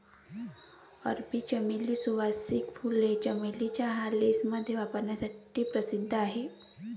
अरबी चमेली, सुवासिक फुले, चमेली चहा, लेसमध्ये वापरण्यासाठी प्रसिद्ध आहेत